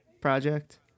project